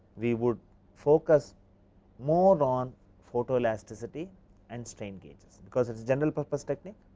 we would focus more and on photo elasticity and strain gauges. because it general purpose technique,